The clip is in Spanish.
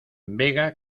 vega